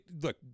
Look